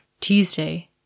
Tuesday